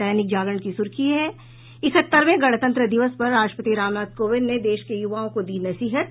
दैनिक जागरण की सुर्खी है इकहत्तरवें गणतंत्र दिवस पर राष्ट्रपति रामनाथ कोविंद ने देश के युवाओं को दी नसीहत